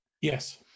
Yes